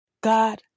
God